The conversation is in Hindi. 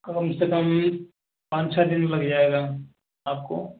कम से कम पाँच छः दिन लग जाएगा आपको